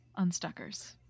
Unstuckers